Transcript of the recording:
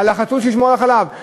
לחתול שישמור על החלב.